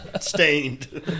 stained